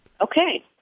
Okay